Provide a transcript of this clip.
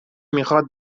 میخواد